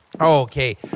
Okay